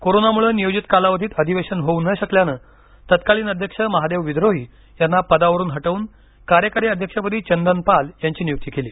कोरोनामुळे नियोजित कालावधीत अधिवेशन होऊ न शकल्यानं तत्कालीन अध्यक्ष महादेव विद्रोही यांना पदावरुन हटवून कार्यकारी अध्यक्षपदी चंदन पाल यांची नियुक्ती केली